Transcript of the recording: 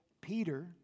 Peter